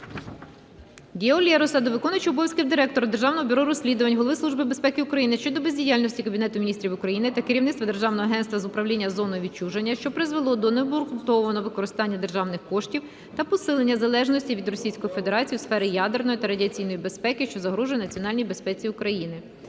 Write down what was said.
до виконувача обов'язків Директора Державного бюро розслідувань, Голови Служби безпеки України щодо бездіяльності Кабінету Міністрів України та керівництва Державного агентства з управління зоною відчуження, що призвело до необґрунтованого використання державних кошів та посилення залежності від Російської Федерації у сфері ядерної та радіаційної безпеки, що загрожує національній безпеці України.